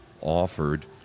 offered